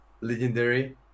legendary